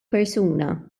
persuna